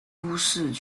都市